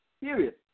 Period